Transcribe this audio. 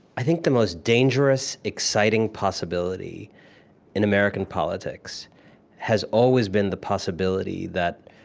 i think the most dangerous, exciting possibility in american politics has always been the possibility that